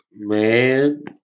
Man